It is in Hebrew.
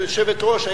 היושבת-ראש,